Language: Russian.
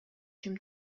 чем